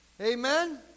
Amen